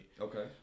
okay